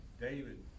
David